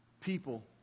people